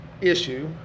issue